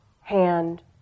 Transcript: hand